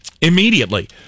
immediately